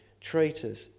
traitors